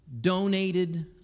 Donated